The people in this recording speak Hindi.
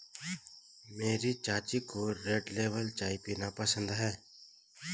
मेरी चाची को रेड लेबल चाय पीना पसंद है